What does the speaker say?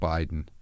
Biden